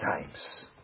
times